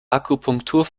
akupunktur